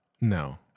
No